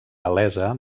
gal·lesa